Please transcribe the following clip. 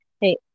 Hey